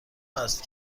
است